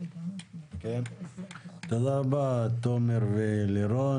תודה רבה, תומר ולירון.